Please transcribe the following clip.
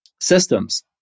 systems